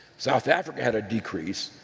south africa had a decrease,